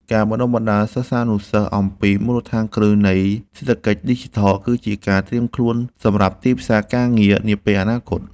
ការបណ្តុះបណ្តាលសិស្សានុសិស្សអំពីមូលដ្ឋានគ្រឹះនៃសេដ្ឋកិច្ចឌីជីថលគឺជាការត្រៀមខ្លួនសម្រាប់ទីផ្សារការងារនាពេលអនាគត។